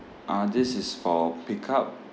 uh this is for pick up